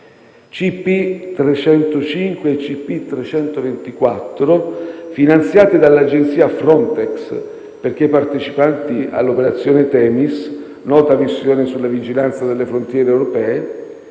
(CP305 e CP324), finanziate dall'agenzia Frontex, perché partecipanti all'operazione Themis (nota missione sulla vigilanza delle frontiere europee),